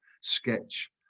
sketch